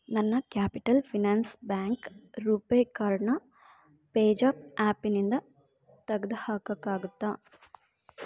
ನನ್ನ capital finance bank RuPay ಕಾರ್ಡ್ನ PayZapp ಆ್ಯಪಿನಿಂದ ತೆಗ್ದು ಹಾಕೋಕ್ಕಾಗುತ್ತಾ